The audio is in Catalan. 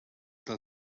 del